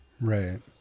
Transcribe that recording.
right